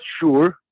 sure